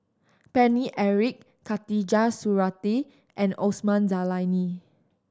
Paine Eric Khatijah Surattee and Osman Zailani